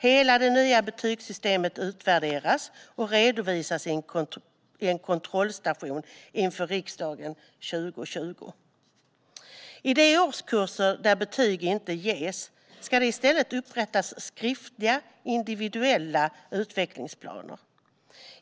Hela det nya betygssystemet utvärderas och redovisas i en kontrollstation inför riksdagen 2020. I de årskurser där betyg inte ges ska det i stället upprättas skriftliga individuella utvecklingsplaner.